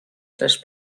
tres